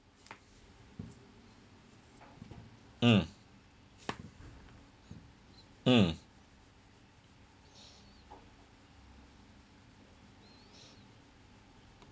mm mm